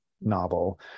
novel